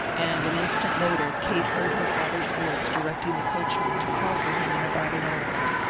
and an instant later kate heard her father's voice directing the coachman to call for him in about an hour.